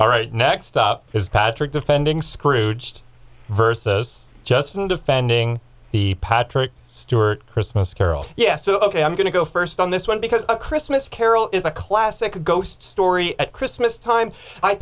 all right next up is patrick defending scrooged versus justin defending the patrick stewart christmas carol yes ok i'm going to go first on this one because a christmas carol is a classic ghost story at christmas time i